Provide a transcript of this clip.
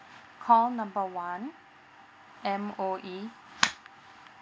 call number one M_O_E